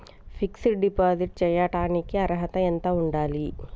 Fix డ్ deposit చేయటానికి అర్హత ఎంత ఉండాలి?